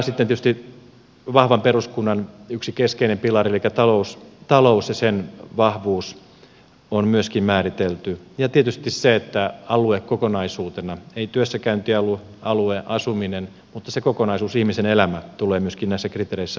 sitten tietysti vahvan peruskunnan yksi keskeinen pilari elikkä talous ja sen vahvuus on myöskin määritelty ja tietysti se että alue kokonaisuutena ei vain työssäkäyntialue asuminen mutta se kokonaisuus ihmisen elämä tulee myöskin näissä kriteereissä huomioiduksi